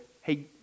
hey